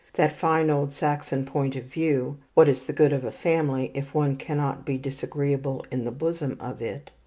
that fine old saxon point of view, what is the good of a family, if one cannot be disagreeable in the bosom of it?